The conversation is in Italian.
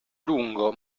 lungo